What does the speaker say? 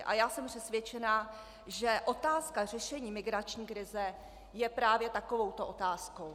A já jsem přesvědčena, že otázka řešení migrační krize je právě takovouto otázkou.